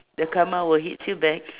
the karma will hits you back